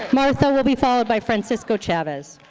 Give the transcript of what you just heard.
martha will be followed by francisco chavez.